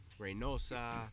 Reynosa